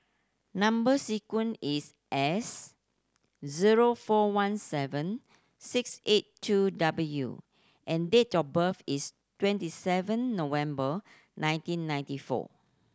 number sequence is S zero four one seven six eight two W and date of birth is twenty seven November nineteen ninety four